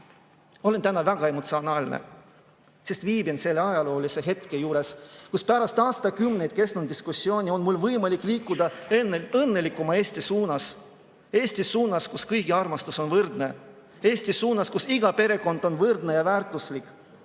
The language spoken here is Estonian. täna väga emotsionaalne, sest viibin selle ajaloolise hetke juures, kus pärast aastakümneid kestnud diskussiooni on meil võimalik liikuda õnnelikuma Eesti suunas. Eestis suunas, kus kõigi armastus on võrdne, Eestis suunas, kus iga perekond on võrdne ja väärtuslik.